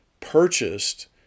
purchased